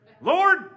lord